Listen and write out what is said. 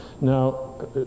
Now